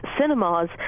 cinemas